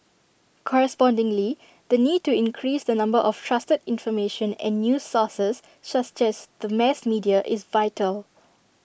correspondingly the need to increase the number of trusted information and news sources such as the mass media is vital